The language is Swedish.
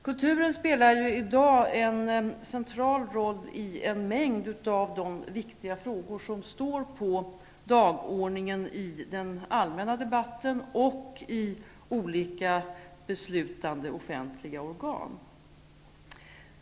Kulturen spelar i dag en central roll i en mängd av de viktiga frågor som står på dagordningen i den allmänna debatten och i olika beslutande offentliga organ.